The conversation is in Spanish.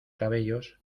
cabellos